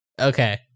Okay